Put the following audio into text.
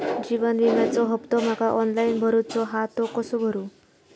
जीवन विम्याचो हफ्तो माका ऑनलाइन भरूचो हा तो कसो भरू?